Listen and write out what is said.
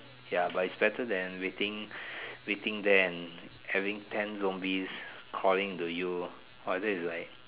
ya but it's better than waiting waiting there and having ten zombies crawling into you ah that is like